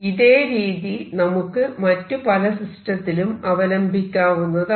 ഇതേ രീതി നമുക്ക് മറ്റു പല സിസ്റ്റത്തിലും അവലംബിക്കാവുന്നതാണ്